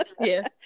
yes